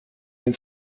den